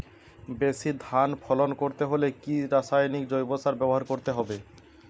বেশি ধান ফলন করতে হলে কি রাসায়নিক জৈব সার ব্যবহার করতে হবে?